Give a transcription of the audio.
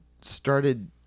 started